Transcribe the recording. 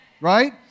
Right